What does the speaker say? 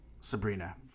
Sabrina